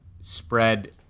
spread